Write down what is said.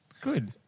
Good